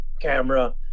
camera